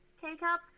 K-Cup